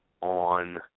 on